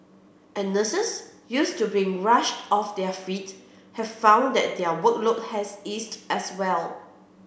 and nurses used to being rushed off their feet have found that their workload has eased as well